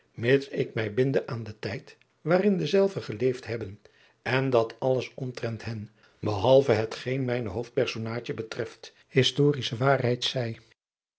mits ik mij binde aan den tijd waarin dezelve geleefd hebben en dat alles omtrent hen behalve het geen mijne hoofdpersonaadje betrest historische waarheid zij